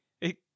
Hey